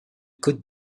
côte